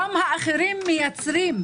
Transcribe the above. גם האחרים מייצרים.